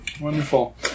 Wonderful